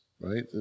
right